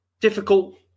difficult